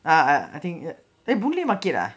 ah ah then boon lay market ah